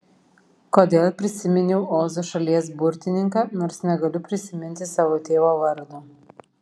kodėl prisiminiau ozo šalies burtininką nors negaliu prisiminti savo tėvo vardo